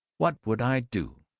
what would i do?